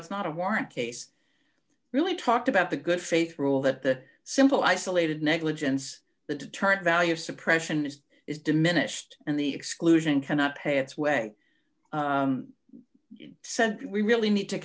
it's not a warrant case really talked about the good faith rule that the simple isolated negligence the deterrent value of suppression is is diminished and the exclusion cannot pay its way said we really need to